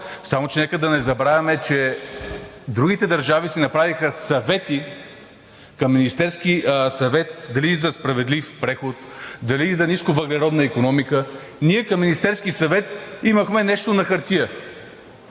отворен. Нека да не забравяме, че другите държави си направиха съвети към Министерски съвет дали за справедлив преход, дали за нисковъглеродна икономика, а ние към Министерския съвет имахме нещо на хартия.